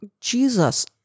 Jesus